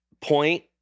point